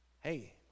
hey